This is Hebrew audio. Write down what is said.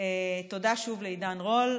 תודה שוב לעידן רול.